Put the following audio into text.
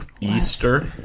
Easter